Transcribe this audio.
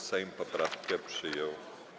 Sejm poprawkę przyjął.